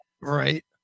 Right